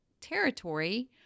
territory